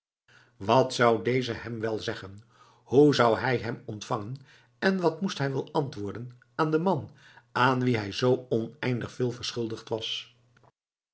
wat zou deze hem wel zeggen hoe zou hij hem ontvangen en wat moest hij wel antwoorden aan den man aan wien hij zoo oneindig veel verschuldigd was